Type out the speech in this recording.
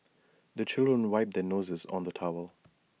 the children wipe their noses on the towel